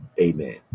Amen